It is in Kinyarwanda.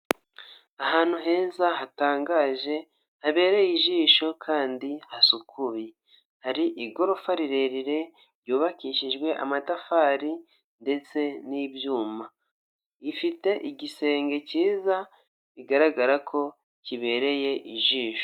Ahantu heza hatangaje habereye ijisho kandi hasukuye, hari igorofa rirerire ryubakishijwe amatafari ndetse n'ibyuma, ifite igisenge cyiza bigaragara ko kibereye ijisho.